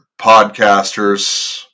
podcasters